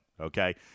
okay